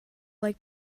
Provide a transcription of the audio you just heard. like